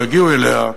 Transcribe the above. לא יגיעו אליה,